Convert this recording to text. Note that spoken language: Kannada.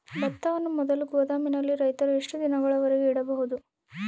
ಭತ್ತವನ್ನು ಮೊದಲು ಗೋದಾಮಿನಲ್ಲಿ ರೈತರು ಎಷ್ಟು ದಿನದವರೆಗೆ ಇಡಬಹುದು?